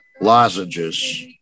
lozenges